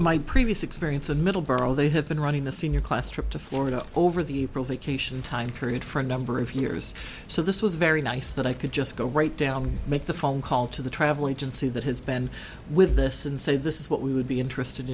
my previous experience of middleborough they have been running a senior class trip to florida over the vacation time period for a number of years so this was very nice that i could just go right down make the phone call to the travel agency that has been with this and say this is what we would be interested